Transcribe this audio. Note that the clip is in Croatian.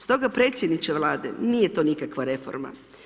Stoga predsjedniče Vlade nije to nikakva reforma.